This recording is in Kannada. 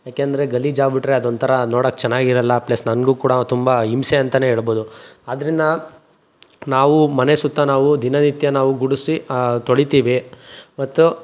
ಯಾಕೆಂದರೆ ಗಲೀಜಾಗಿಬಿಟ್ರೆ ಅದೊಂಥರ ನೋಡೋಕೆ ಚೆನ್ನಾಗಿರಲ್ಲ ಪ್ಲಸ್ ನನಗೂ ಕೂಡ ತುಂಬ ಹಿಂಸೆ ಅಂತ ಹೇಳ್ಬೌದು ಆದ್ರಿಂದ ನಾವು ಮನೆ ಸುತ್ತ ನಾವು ದಿನನಿತ್ಯ ನಾವು ಗುಡಿಸಿ ತೊಳಿತೀವಿ ಮತ್ತು